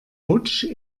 rutsch